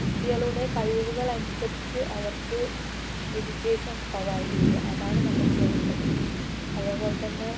കുട്ടികളുടെ കഴിവുകൾ അനുസരിച്ച് അവർക്ക് എജ്യുക്കേഷൻ പ്രൊവൈഡ് ചെയ്യുക അതാണ് നമ്മൾ ചെയ്യേണ്ടത് അതേപോലെത്തന്നെ